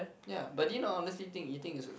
ya but do you not honestly think eating is a